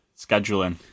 Scheduling